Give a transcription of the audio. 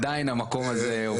חוץ ממני.